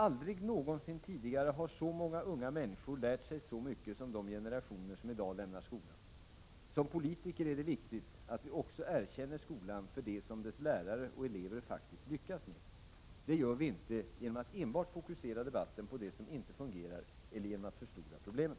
Aldrig någonsin tidigare har så många unga människor lärt sig så mycket som de generationer som i dag lämnar skolan. För oss som politiker är det viktigt att vi också erkänner skolan för det som dess lärare och elever faktiskt lyckas med. Det gör vi inte genom att enbart fokusera debatten på det som inte fungerar eller genom att förstora problemen.